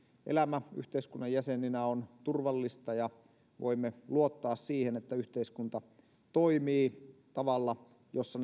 elämä yhteiskunnan jäseninä on turvallista ja voimme luottaa siihen että yhteiskunta toimii tavalla jossa